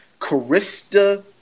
Carista